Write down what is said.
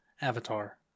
Avatar